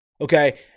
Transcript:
Okay